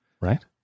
Right